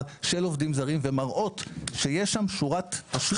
של עובדים זרים ומראות שיש שם שורת תשלום.